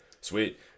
Sweet